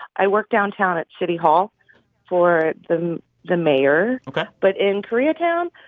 i work downtown at city hall for the the mayor ok but in koreatown,